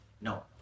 No